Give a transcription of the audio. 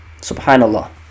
Subhanallah